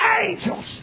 Angels